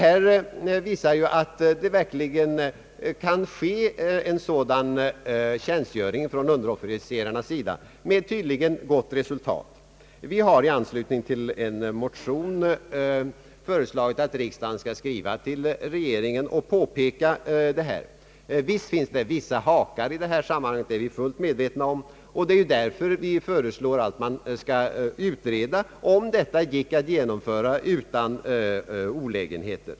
Detta visar att en sådan tjänstgöring kan skötas av underofficerare med gott resultat. Vi har i en reservation föreslagit att riksdagen skall skriva till regeringen och påpeka förhållandet. Visst finns det vissa hakar i detta sammanhang. Det är vi fullt medvetna om, och det är därför som vi föreslår en utredning av huruvida detta system går att genomföra utan olägenheter.